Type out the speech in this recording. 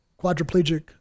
quadriplegic